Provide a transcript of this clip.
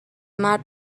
مرد